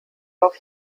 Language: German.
auf